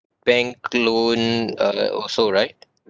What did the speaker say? bank loan uh also right